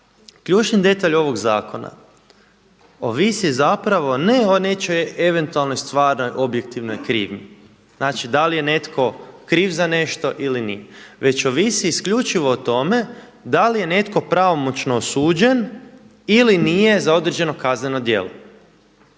Ključni detalj ovog zakona ovisi zapravo ne o nečijoj eventualnoj stvarno objektivnoj krivnji, znači da li je netko kriv za nešto ili nije, već ovisi isključivo o tome da li je netko pravomoćno osuđen ili nije za određeno kazneno djelo.